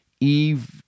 eve